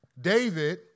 David